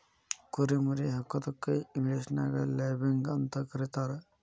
ಕುರಿ ಮರಿ ಹಾಕೋದಕ್ಕ ಇಂಗ್ಲೇಷನ್ಯಾಗ ಲ್ಯಾಬಿಂಗ್ ಅಂತ ಕರೇತಾರ